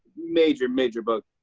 major, major book.